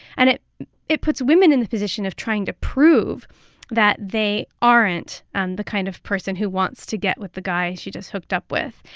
and it it puts women in the position of trying to prove that they aren't and the kind of person who wants to get with the guy she just hooked up with.